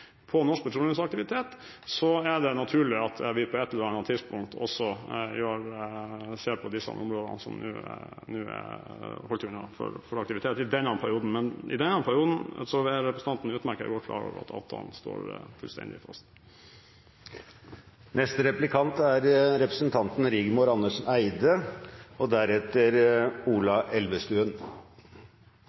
på norsk petroleumsaktivitet, er det naturlig at vi på et eller annet tidspunkt også ser på disse områdene som nå er holdt unna for aktivitet i denne perioden. Men i denne perioden er representanten utmerket godt klar over at avtalen står fullstendig fast.